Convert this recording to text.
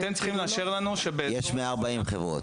אתם צריכים לאשר לנו -- יש 140 חברות,